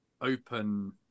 open